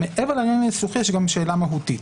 מעבר לזה, יש גם שאלה מהותית.